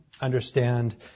understand